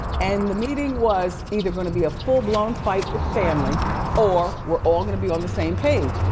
and the meeting was either going to be a full-blown fight with family or we're all gonna be on the same page.